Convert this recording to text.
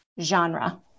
genre